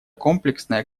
комплексная